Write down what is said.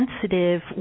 sensitive